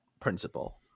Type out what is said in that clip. principle